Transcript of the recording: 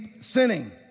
sinning